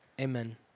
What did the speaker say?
amen